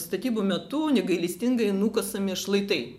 statybų metu negailestingai nukasami šlaitai